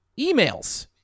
emails